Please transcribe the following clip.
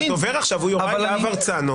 הדובר עכשיו הוא יוראי להב הרצנו.